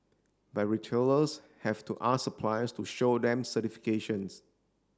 but retailers have to ask suppliers to show them certifications